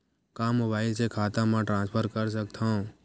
का मोबाइल से खाता म ट्रान्सफर कर सकथव?